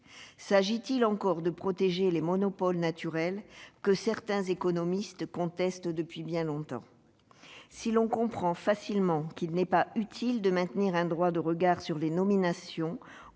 S'agit-il encore de protéger les monopoles naturels, que certains économistes contestent depuis bien longtemps ? Si l'on comprend facilement qu'il n'est pas utile de maintenir un droit de regard sur les nominations